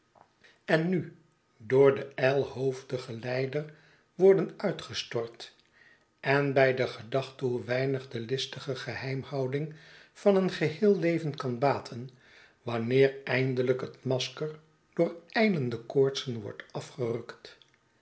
en nu door den ijlhoofdigen lijder worden uitgestort en bij de gedachte hoe weinig de listige geheimhouding van een geheel leven kan baten wanneer eindelijk het masker door ijlende koortsen wordt afgerukt